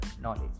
knowledge